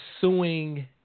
suing